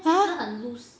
!huh!